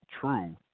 true